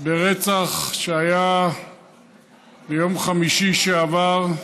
ברצח שהיה ביום חמישי שעבר.